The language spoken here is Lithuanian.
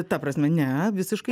ta prasme ne visiškai